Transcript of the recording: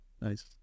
Nice